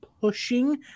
pushing